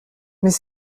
mais